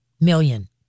million